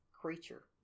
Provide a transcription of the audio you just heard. creature